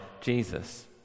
Jesus